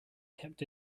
kept